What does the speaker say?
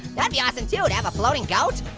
yeah be awesome too, to have a floating goat?